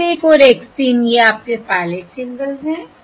X 1 और X 3 ये आपके पायलट सिंबल्स हैं